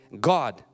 God